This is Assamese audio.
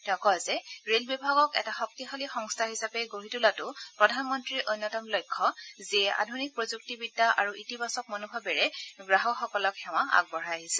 তেওঁ কয় যে ৰেলবিভাগক এটা শক্তিশালী সংস্থা হিচাপে গঢ়ি তোলাটো প্ৰধানমন্ত্ৰীৰ অন্যতম লক্ষ্য যিয়ে আধুনিক প্ৰযুক্তিবিদ্যা আৰু ইতিবাচক মনোভাৱেৰে গ্ৰাহকসকলক সেৱা আগবঢ়াই আহিছে